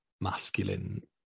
masculine